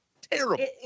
Terrible